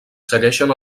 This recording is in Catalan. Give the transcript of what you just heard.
segueixen